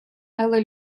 але